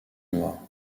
noires